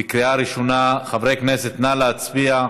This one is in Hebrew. בקריאה ראשונה, חברי הכנסת, נא להצביע,